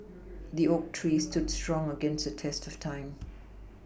the oak tree stood strong against the test of time